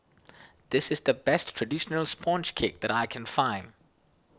this is the best Traditional Sponge Cake that I can find